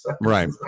Right